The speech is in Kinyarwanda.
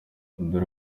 dore